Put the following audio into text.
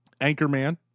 Anchorman